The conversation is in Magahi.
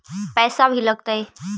पैसा भी लगतय?